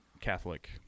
Catholic